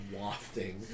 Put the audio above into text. wafting